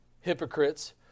hypocrites